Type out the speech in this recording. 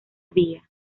vía